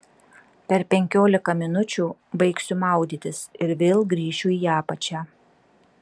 per penkiolika minučių baigsiu maudytis ir vėl grįšiu į apačią